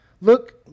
look